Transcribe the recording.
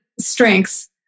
strengths